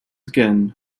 again